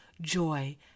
joy